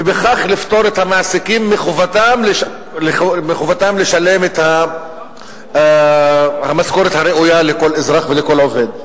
ובכך לפטור את המעסיקים מחובתם לשלם משכורת ראויה לכל אזרח ולכל עובד.